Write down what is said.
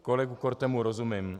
Kolegovi Kortemu rozumím.